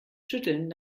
schütteln